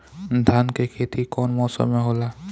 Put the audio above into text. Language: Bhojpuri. धान के खेती कवन मौसम में होला?